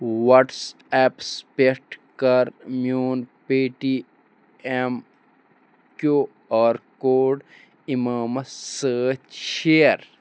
وَٹٕسیپَس پٮ۪ٹھ کَر میون Paytm Q R code اِمامَس سۭتۍ شِیَر